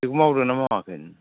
बेखौ मावदों ना मावाखै